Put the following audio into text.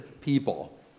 people